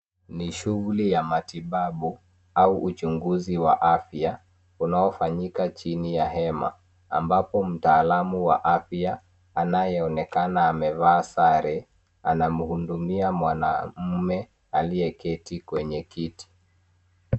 Ni shuguli ya matibabu au uchunguzi wa afya unaofanyika chini ya hema ambapo mtaalamu wa afya anayeonekana amevaa sare anamhudumia mwanamume aliyeketi kwenye kiti.